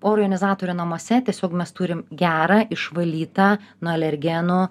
oro jonizatorių namuose tiesiog mes turim gerą išvalytą nuo alergenų